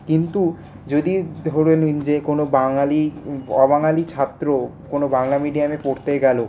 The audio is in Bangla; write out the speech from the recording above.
কিন্তু যদি ধরুন যে কোনো বাঙালি অবাঙালি ছাত্র কোনো বাংলা মিডিয়ামে পড়তে গেল